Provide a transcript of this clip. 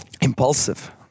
impulsive